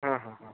ହଁ ହଁ ହଁ